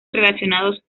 relacionados